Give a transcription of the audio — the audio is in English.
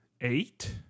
eight